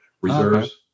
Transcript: reserves